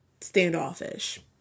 standoffish